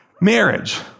Marriage